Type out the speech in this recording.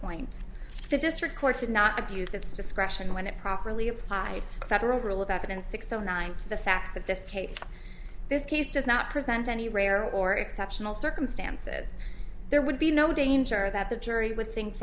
point the district court did not abused its discretion when it properly applied a federal rule of evidence six zero nine two the fact that this case this case does not present any rare or exceptional circumstances there would be no danger that the jury would think